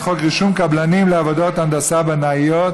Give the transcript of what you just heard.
אז החוק יעבור לדיון בוועדת החינוך,